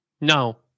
No